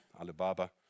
Alibaba